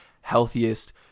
healthiest